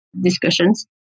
discussions